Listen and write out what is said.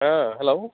hello